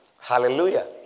Hallelujah